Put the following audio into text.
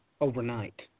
overnight